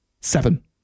seven